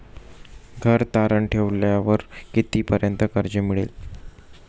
घर तारण ठेवल्यावर कितीपर्यंत कर्ज मिळेल?